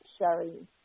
Sherry